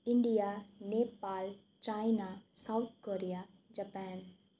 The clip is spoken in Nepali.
India Nepal China South Korea Japan